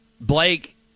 Blake